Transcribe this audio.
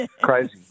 Crazy